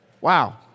Wow